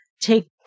take